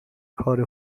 کار